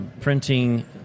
printing